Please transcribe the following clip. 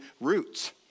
roots